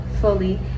fully